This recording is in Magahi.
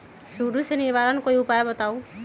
सुडी से निवारक कोई उपाय बताऊँ?